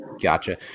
Gotcha